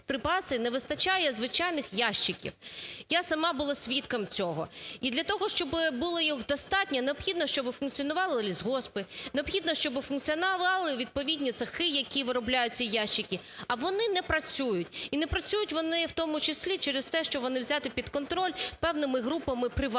не вистачає звичайних ящиків. Я сама була свідком цього. І для того, щоб було їх достатньо, необхідно, щоб функціонували лісгоспи, необхідно, щоб функціонували відповідні цехи, які виробляють ці ящики, а вони не працюють. І не працюють вони в тому числі через те, що вони взяті під контроль певними групами приватними.